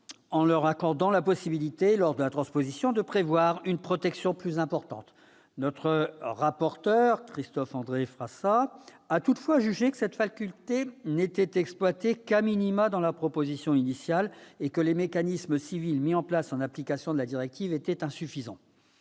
en leur accordant la possibilité, lors de la transposition, de prévoir une protection plus importante. Notre rapporteur, Christophe-André Frassa, a toutefois jugé que cette faculté n'était exploitée qu'a minima dans la proposition initiale et que les mécanismes civils mis en place en application de la directive étaient insuffisants.